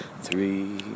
three